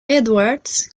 edwards